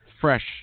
fresh